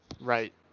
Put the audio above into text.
Right